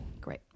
Great